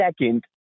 second